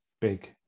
big